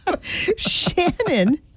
Shannon